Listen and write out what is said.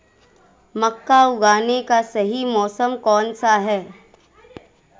मक्का उगाने का सही मौसम कौनसा है?